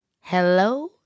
Hello